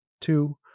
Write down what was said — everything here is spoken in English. Two